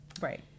right